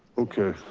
okay,